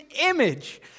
image